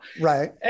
right